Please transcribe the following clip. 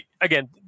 again